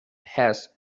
has